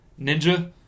Ninja